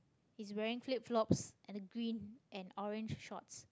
he's wearing flip-flops and a green and orange shorts